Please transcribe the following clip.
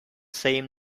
same